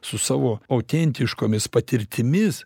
su savo autentiškomis patirtimis